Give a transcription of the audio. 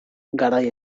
garai